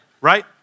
right